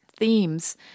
themes